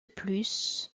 plus